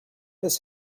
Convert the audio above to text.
his